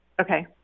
Okay